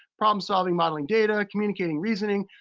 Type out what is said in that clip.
problem solving, modeling data, communicating, reasoning.